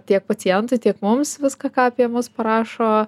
tiek pacientui tiek mums viską ką apie mus parašo